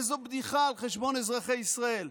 איזו בדיחה על חשבון אזרחי ישראל?